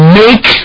make